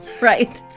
Right